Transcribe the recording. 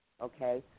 Okay